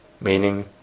meaning